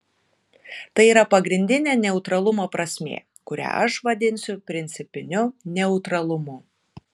tai yra pagrindinė neutralumo prasmė kurią aš vadinsiu principiniu neutralumu